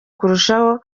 kurushaho